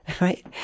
right